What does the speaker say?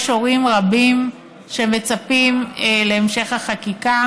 יש הורים רבים שמצפים להמשך החקיקה.